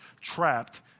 trapped